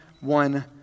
one